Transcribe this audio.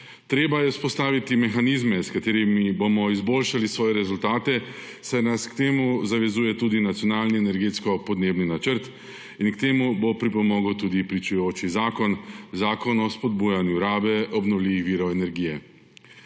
Treba je vzpostaviti mehanizme, s katerimi bomo izboljšali svoje rezultate, saj nas k temu zavezuje tudi nacionalni energetsko-podnebni načrt, in k temu bo pripomogel tudi pričujoči zakon, zakon o spodbujanju rabe obnovljivih virov energije.V